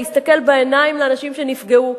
להסתכל בעיניים לאנשים שנפגעו,